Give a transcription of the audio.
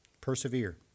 Persevere